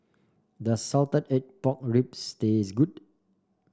does Salted Egg Pork Ribs taste good